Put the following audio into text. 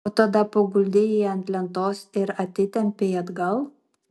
o tada paguldei jį ant lentos ir atitempei atgal